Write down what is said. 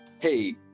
hey